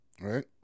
Right